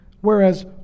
whereas